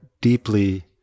deeply